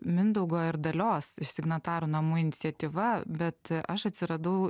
mindaugo ir dalios iš signatarų namų iniciatyva bet aš atsiradau